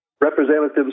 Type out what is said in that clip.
representatives